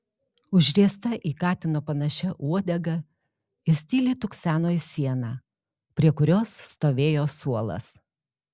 užriesta į katino panašia uodega jis tyliai tukseno į sieną prie kurios stovėjo suolas